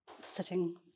sitting